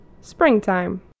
Springtime